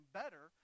better